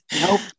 Nope